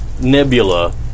nebula